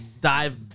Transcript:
dive